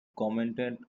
commented